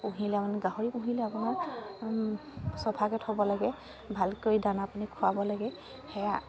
পুহিলে আমাৰ গাহৰি পুহিলে আপোনাৰ চফাকে থ'ব লাগে ভালকৈ দানা পানী খোৱাব লাগে সেয়া